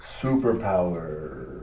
Superpower